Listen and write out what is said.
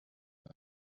that